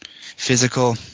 physical